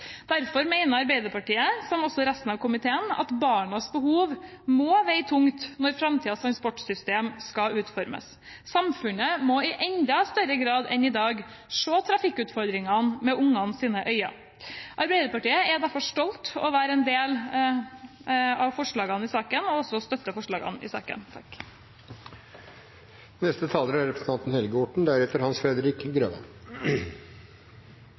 Derfor mener Arbeiderpartiet, som også resten av komiteen, at barnas behov må veie tungt når framtidens transportsystem skal utformes. Samfunnet må i enda større grad enn i dag se trafikkutfordringene med barnas øyne. Arbeiderpartiet er derfor stolt av å være med på og også støtte forslagene i saken. Jeg vil også